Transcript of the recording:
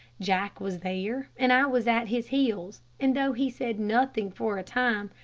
jack was there and i was at his heels, and though he said nothing for a time,